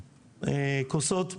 כוסות.